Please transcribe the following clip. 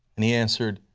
and he answered,